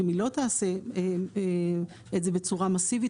שאם היא לא תעשה את זה בצורה מסיבית,